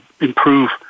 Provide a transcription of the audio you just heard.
improve